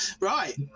Right